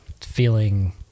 feeling